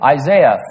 Isaiah